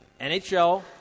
NHL